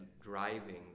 driving